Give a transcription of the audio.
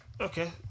Okay